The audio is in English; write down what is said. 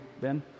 Ben